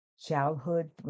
childhood